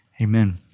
Amen